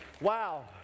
wow